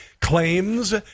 claims